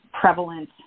prevalent